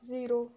zero